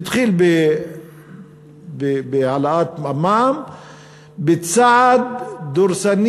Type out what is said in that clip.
התחיל בהעלאת המע"מ בצעד דורסני.